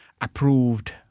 approved